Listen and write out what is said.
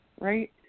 Right